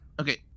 Okay